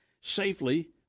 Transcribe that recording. safely